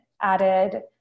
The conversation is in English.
added